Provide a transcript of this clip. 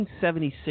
1976